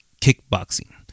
Kickboxing